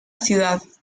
ciudad